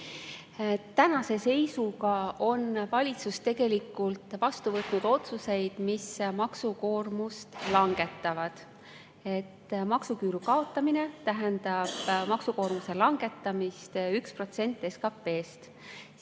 Tänase seisuga on valitsus vastu võtnud otsused, mis maksukoormust langetavad. Maksuküüru kaotamine tähendab maksukoormuse langetamist 1% võrra